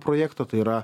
projekto tai yra